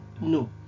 no